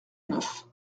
neuf